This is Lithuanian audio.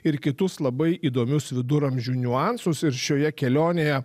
ir kitus labai įdomius viduramžių niuansus ir šioje kelionėje